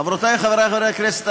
חברותי וחברי חברי הכנסת,